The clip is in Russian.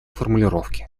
формулировки